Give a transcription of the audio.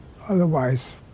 Otherwise